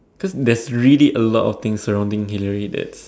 cause there's really a lot of things surrounding Hillary that